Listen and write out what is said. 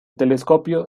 telescopio